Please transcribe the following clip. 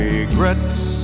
Regrets